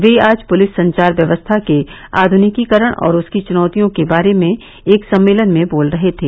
वे आज पुलिस संचार व्यवस्था के आध्निकीकरण और उसकी चुनौतियों के बारे में एक सम्मेलन में बोल रहे थे